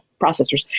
processors